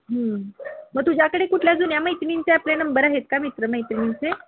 मग तुझ्याकडे कुठल्या जुन्या मैत्रिणींचे आपल्या नंबर आहेत का मित्र मैत्रिणींचे